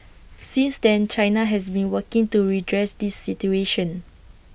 since then China has been working to redress this situation